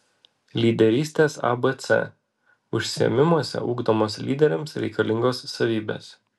lyderystės abc užsiėmimuose ugdomos lyderiams reikalingos savybės